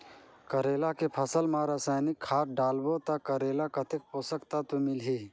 करेला के फसल मा रसायनिक खाद डालबो ता करेला कतेक पोषक तत्व मिलही?